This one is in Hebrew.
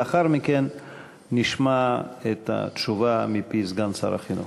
לאחר מכן נשמע את התשובה מפי סגן שר החינוך.